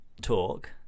talk